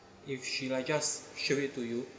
if she like just show it to you